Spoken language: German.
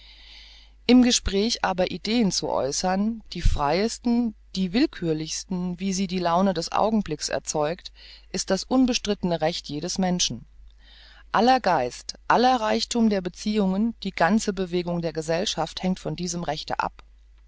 im gespräch aber ideen zu äußern die freiesten die willkürlichsten wie sie die laune des augenblicks erzeugt ist das unbestrittene recht jedes menschen aller geist aller reichthum der beziehungen die ganze bewegung der gesellschaft hängt von diesem rechte ab